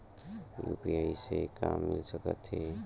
UPI से का मिल सकत हे?